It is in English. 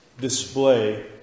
display